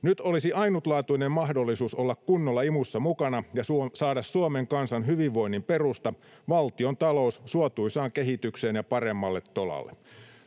Nyt olisi ainutlaatuinen mahdollisuus olla kunnolla imussa mukana ja saada Suomen kansan hyvinvoinnin perusta, valtiontalous, suotuisaan kehitykseen ja paremmalle tolalle.